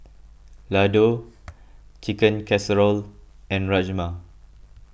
Ladoo Chicken Casserole and Rajma